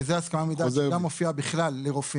וזאת הסכמה מדעת לרופאים שגם מופיעה באופן כללי,